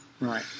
Right